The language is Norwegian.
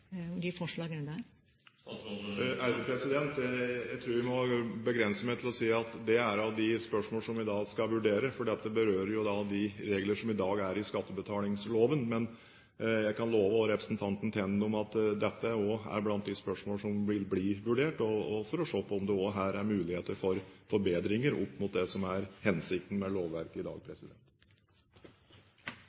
Jeg tror jeg må begrense meg til å si at dette er av de spørsmål som vi skal vurdere, for dette berører de regler som i dag er i skattebetalingsloven. Men jeg kan love representanten Tenden at dette også er blant de spørsmål som vil bli vurdert, og at en vil se på om det her er muligheter for forbedringer opp mot det som er hensikten med lovverket i dag.